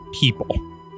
people